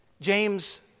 James